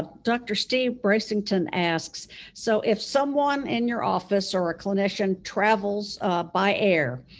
dr. steve bracington asks so if someone in your office or a clinician travels by air,